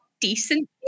decent